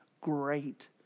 great